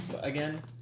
again